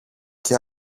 και